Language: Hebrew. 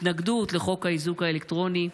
התנגדות לחוק האיזוק האלקטרוני,